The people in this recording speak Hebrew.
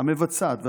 המבצעת והשופטת,